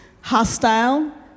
hostile